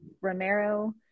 romero